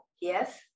yes